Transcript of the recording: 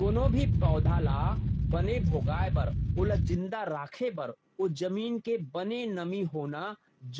कोनो भी पउधा ल बने भोगाय बर ओला जिंदा राखे बर ओ जमीन के बने नमी होना